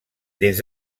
des